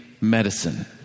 medicine